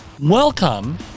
Welcome